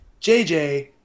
jj